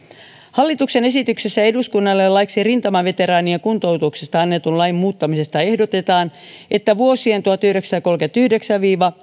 hallituksen esityksessä eduskunnalle laiksi rintamaveteraanien kuntoutuksesta annetun lain muuttamisesta ehdotetaan että vuosien tuhatyhdeksänsataakolmekymmentäyhdeksän viiva